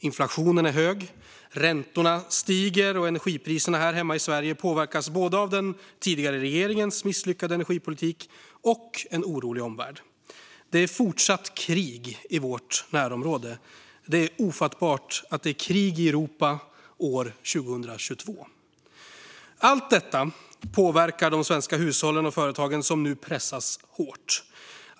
Inflationen är hög, räntorna stiger och energipriserna här hemma i Sverige påverkas både av den tidigare regeringens misslyckade energipolitik och av en orolig omvärld. Det är fortsatt krig i vårt närområde. Det är ofattbart att det är krig i Europa år 2022. Allt detta påverkar de svenska hushållen och företagen som nu pressas hårt.